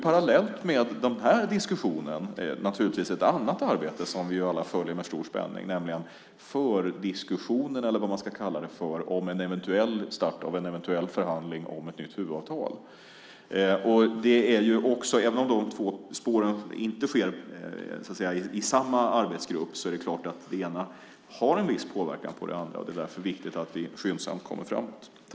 Parallellt med den här diskussionen pågår naturligtvis ett annat arbete som vi alla följer med stor spänning, nämligen fördiskussionen, eller vad man ska kalla det, om en start av en eventuell förhandling om ett nytt huvudavtal. Även om de två spåren inte finns i samma arbetsgrupp är det klart att det ena har en viss påverkan på det andra. Det är därför viktigt att vi skyndsamt kommer framåt.